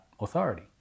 authority